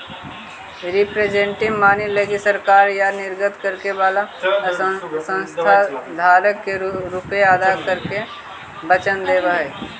representative money लगी सरकार या निर्गत करे वाला संस्था धारक के रुपए अदा करे के वचन देवऽ हई